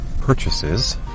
purchases